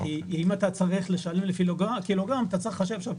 כי אם אתה צריך לשלם לקילוגרם, אתה צריך לחשב שם.